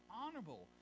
honorable